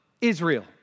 Israel